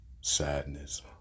sadness